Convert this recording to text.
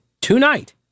tonight